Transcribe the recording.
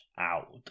out